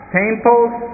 temples